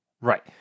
Right